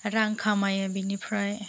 रां खामायो बिनिफ्राय